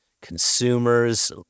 consumers